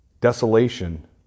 desolation